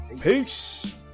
Peace